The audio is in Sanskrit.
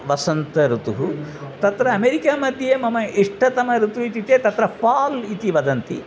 वसन्तऋतुः तत्र अमेरिकामध्ये मम इष्टतमऋतुः इत्युक्ते तत्र फ़ाल् इति वदन्ति